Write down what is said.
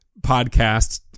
podcast